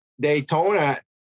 Daytona